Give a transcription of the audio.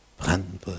Brandenburg